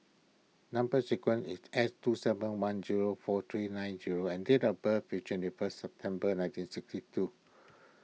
Number Sequence is S two seven one zero four three nine O and date of birth is twenty first September nineteen sixty two